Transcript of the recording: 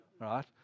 right